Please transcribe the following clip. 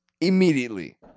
Immediately